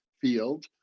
field